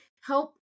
help